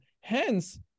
hence